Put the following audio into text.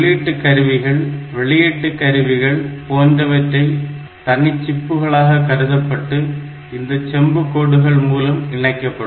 உள்ளீட்டுக் கருவிகள் வெளியீட்டு கருவிகள் போன்றவை தனி சிப்புகளாக கருதப்பட்டு இந்த செம்புக்கோடுகள் மூலம் இணைக்கப்படும்